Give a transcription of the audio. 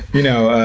you know,